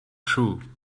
true